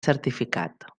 certificat